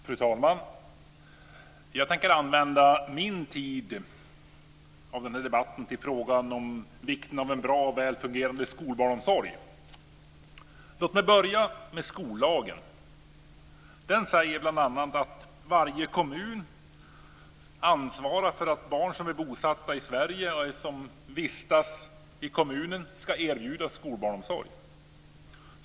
Fru talman! Jag tänker använda min tid till frågan om vikten av en bra och väl fungerande skolbarnsomsorg. Låt mig börja med skollagen. Den säger bl.a. att varje kommun ansvarar för att barn som är bosatta i tolv års ålder som går i skolan.